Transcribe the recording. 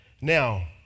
Now